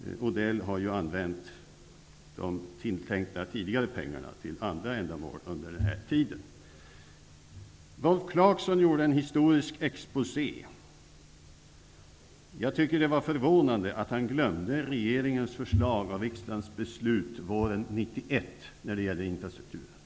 Mats Odell har ju använt de tidigare tilltänkta pengarna till andra ändamål under denna tid. Rolf Clarkson gjorde en historisk exposé. Jag tycker att det är förvånande att han glömde regeringens förslag och riksdagens beslut våren 1991 när det gäller infrastrukturen.